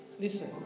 listen